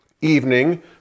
evening